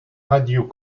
radio